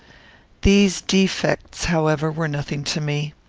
these defects, however, were nothing to me.